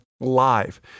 live